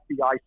FBI